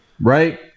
right